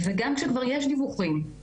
וגם כשכבר יש דיווחים,